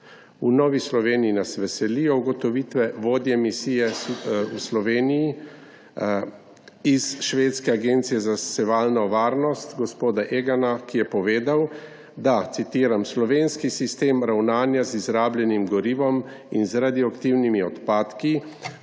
V Novi Sloveniji nas veselijo ugotovitve vodje misije v Sloveniji iz švedske agencije za sevalno varnost gospoda Egana, ki je povedal, citiram, »slovenski sistem ravnanja z izrabljenim gorivom in radioaktivnimi odpadki